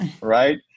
right